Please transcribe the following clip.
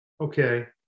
Okay